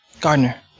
Gardner